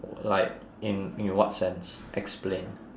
like in in what sense explain